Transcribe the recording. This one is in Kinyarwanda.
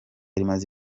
rimaze